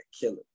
killer